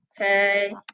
Okay